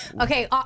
Okay